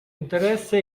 interesse